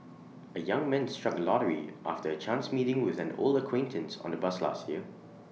A young man struck lottery after A chance meeting with an old acquaintance on A bus last year